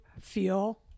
feel